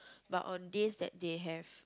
but on days that they have